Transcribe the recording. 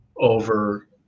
over